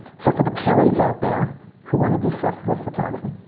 so for the parents out there who want to do stuff with photography,